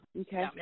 Okay